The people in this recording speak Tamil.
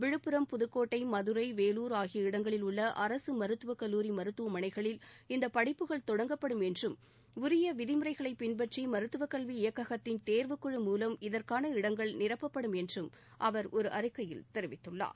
விழுப்புரம் புதுக்கோட்டை மதுரை வேலுர் ஆகிய இடங்களில் உள்ள அரசு மருத்துவக் கல்லூரி மருத்துவமனைகளில் இந்த படிப்புகள் தொடங்கப்படும் என்றும் உரிய விதிமுறைகளை பின்பற்றி மருத்துவக்கல்வி இயக்ககத்தின் தேர்வுக்குழு மூலம் இதற்கான இடங்கள் நிரப்பப்படும் என்றும் அவர் ஒரு அறிக்கையில் தெரிவித்துள்ளார்